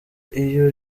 iyo